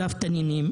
מחלף תנינים.